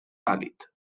pàl·lid